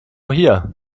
hier